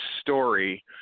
story